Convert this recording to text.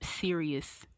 serious